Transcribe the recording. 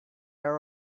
our